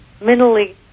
mentally